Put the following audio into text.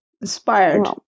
inspired